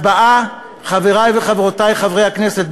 חברי וחברותי חברי הכנסת,